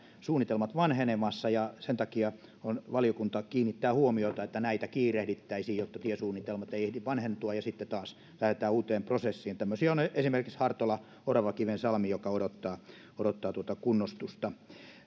suunnitelmat ovat vanhenemassa sen takia valiokunta kiinnittää huomiota siihen että näitä kiirehdittäisiin jotta tiesuunnitelmat eivät ehdi vanhentua ja sitten taas lähdetään uuteen prosessiin tämmöisiä on esimerkiksi hartola oravakivensalmi joka odottaa odottaa kunnostusta